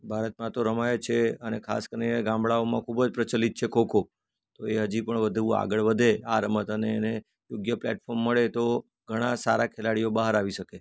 ભારતમાં તો રમાય જ છે અને ખાસ કરીને ગામડાઓમાં ખૂબ પ્રચલિત છે ખો ખો તો એ હજી પણ વધુ આગળ વધે આ રમત અને એને યોગ્ય પ્લેટફોમ મળે તો ઘણાં સારા ખેલાડીઓ બહાર આવી શકે